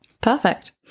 Perfect